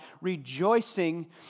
rejoicing